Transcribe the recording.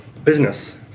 business